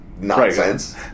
nonsense